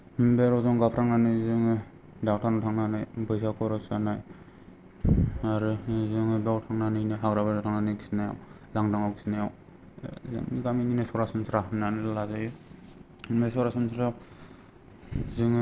बे रजं गाफ्लांनानै जोङो डाक्टारनाव थांनानै फैसा खरस जानाय आरो जोङो बाव थांनानैनो हाग्राबारियाव थांनानै खिनायाव लानदाङाव खिनायाव गामिनि बे सरासनस्रा होनना लाजायो बे सरासनस्रा जोङो